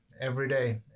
everyday